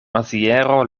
maziero